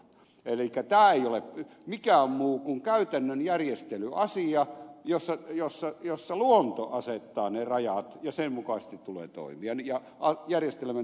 elikkä tämä ei ole mikään muu kuin käytännön järjestelyasia jossa luonto asettaa niin rajaa ja senmukaistettu maitohygienia ne rajat